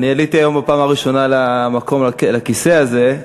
אני עליתי היום בפעם הראשונה לכיסא הזה,